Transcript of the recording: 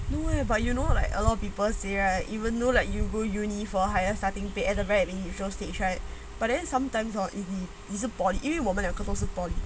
no eh but you know like a lot of people say right even though like you go university for higher starting pay at very neutral stage right but then sometimes hor if 你你你是 polytechnic 因为我们两个都是 polytechnic